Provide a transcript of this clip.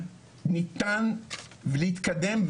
אנחנו משנים את פרטי הדת והלאום,